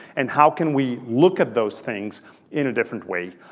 and how can we look at those things in a different way.